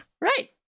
Right